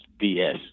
BS